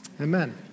amen